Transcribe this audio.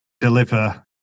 deliver